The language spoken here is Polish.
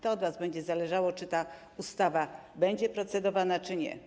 To od was będzie zależało, czy ta ustawa będzie procedowana, czy nie.